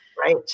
right